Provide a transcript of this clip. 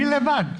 היא לבד.